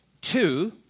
Two